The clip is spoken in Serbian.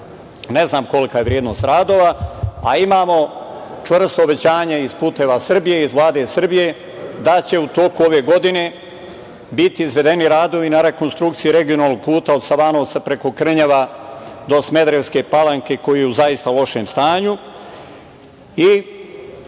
ne znam kolika je vrednost radova. Imamo čvrsto obećanje iz Puteva Srbije, iz Vlade Srbije, da će u toku ove godine biti izvedeni radovi na rekonstrukciji regionalnog puta od Savanovca preko Krnjeva do Smederevske Palanke, koji je u zaista lošem stanju. Da